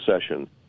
session